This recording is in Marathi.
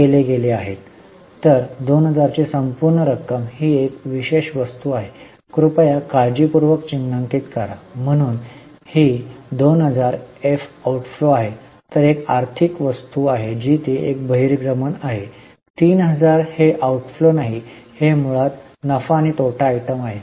तर 2000 ची संपूर्ण रक्कम ही एक विशेष वस्तू आहे कृपया काळजीपूर्वक चिन्हांकित करा म्हणून ही 2000 एफ आउटफ्लो आहे ही एक आर्थिक करणारी वस्तू आहे जी ती एक बहिर्गमन आहे 3000 हे आउटफ्लो नाही हे मुळात नफा आणि तोटा आयटम आहे